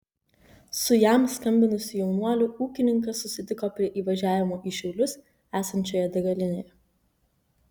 su jam skambinusiu jaunuoliu ūkininkas susitiko prie įvažiavimo į šiaulius esančioje degalinėje